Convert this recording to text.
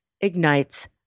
ignites